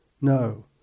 No